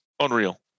unreal